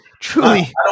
truly